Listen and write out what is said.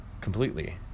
completely